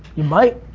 you might.